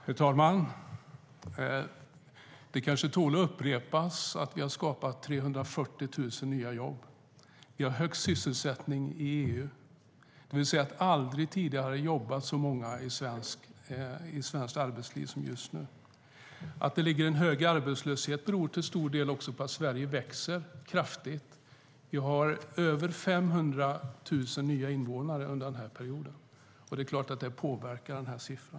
Herr talman! Det kanske tål att upprepas att vi har skapat 340 000 nya jobb. Vi har högst sysselsättning i EU. Det betyder att det aldrig tidigare har jobbat så många i svenskt arbetsliv som just nu. Att vi har en stor arbetslöshet beror till stor del även på att Sverige växer kraftigt. Vi har fått över 500 000 nya invånare under denna period. Det är klart att det påverkar denna siffra.